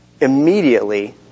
Immediately